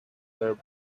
their